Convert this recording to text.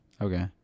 Okay